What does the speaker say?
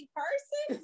person